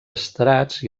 estrats